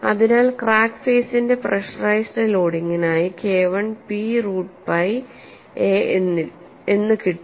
അതിനാൽ ക്രാക്ക് ഫേസിന്റെ പ്രെഷറൈസ്ഡ് ലോഡിംഗിനായി KI P root pi a എന്ന് കിട്ടും